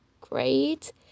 great